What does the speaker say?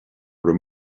raibh